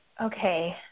okay